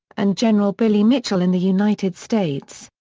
and general billy mitchell in the united states.